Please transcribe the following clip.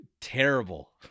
terrible